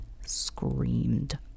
screamed